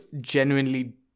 genuinely